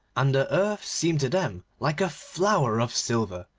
and the earth seemed to them like a flower of silver,